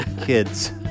kids